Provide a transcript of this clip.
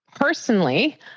Personally